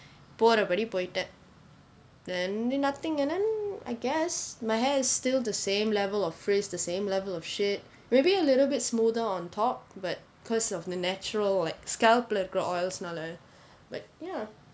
போற போடி போயிட்டேன்:pora podi poyiten then nothing and then I guess my hair is still the same level of friz the same level of shit maybe a little bit smoother on top but because of the natural like scalp லே இருக்கிற:le irukkira oils like ya